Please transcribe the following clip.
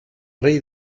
rei